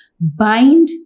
bind